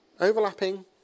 overlapping